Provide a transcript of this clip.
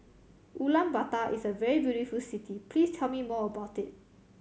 Ulaanbaatar is a very beautiful city please tell me more about it